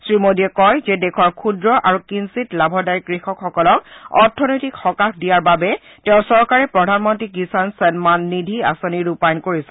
শ্ৰীমোডীয়ে কয় যে দেশৰ ক্ষুদ্ৰ আৰু কিঞ্ণিৎ লাভদায়ী কৃষকসকলক অৰ্থনৈতিক সকাহ দিযাৰ বাবে তেওঁৰ চৰকাৰে প্ৰধানমন্ত্ৰী কিষাণ সন্মান নিধি আঁচনি ৰূপায়ন কৰিছে